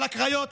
על הקריות,